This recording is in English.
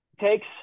takes